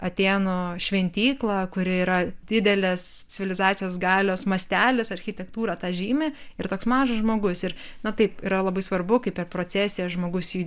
atėnų šventyklą kuri yra didelės civilizacijos galios mastelis architektūra tą žymi ir toks mažas žmogus ir na taip yra labai svarbu kaip per procesiją žmogus